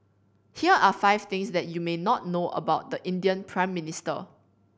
here are five things that you may not know about the Indian Prime Minister